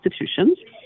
institutions